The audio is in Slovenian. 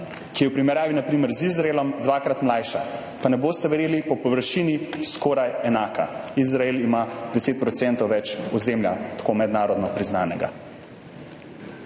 na primer z Izraelom dvakrat mlajša, pa ne boste verjeli, po površini skoraj enaka. Izrael ima 10 % več ozemlja, mednarodno priznanega.